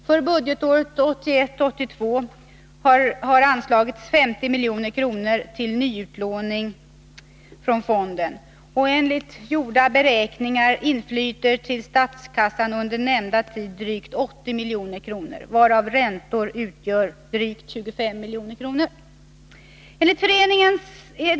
För budgetåret 81/82 har anslagits 50 milj.kr. till nyutlåning från fonden och enligt gjorda beräkningar inflyter till statskassan under nämnda tid drygt 80 milj.kr., varav räntor utgör drygt 25 milj.kr.